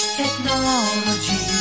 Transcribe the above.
technology